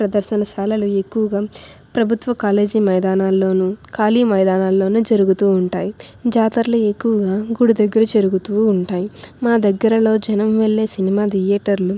ప్రదర్శనశాలలు ఎక్కువగా ప్రభుత్వ కాలేజీ మైదానలలోనూ ఖాళీ మైదానాలలోనూ జరుగుతూ ఉంటాయి జాతరలు ఎక్కువగా గుడి దగ్గర జరుగుతూ ఉంటాయి మా దగ్గరలో జనం వెళ్ళే సినిమా థియేటర్లు